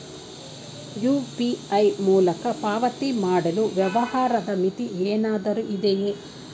UPI ಮೂಲಕ ಪಾವತಿ ಮಾಡಲು ವ್ಯವಹಾರದ ಮಿತಿ ಏನಾದರೂ ಇದೆಯೇ?